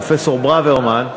פרופסור ברוורמן,